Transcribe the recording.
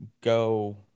go